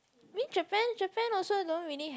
mean Japan Japan also don't really have